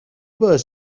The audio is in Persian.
باعث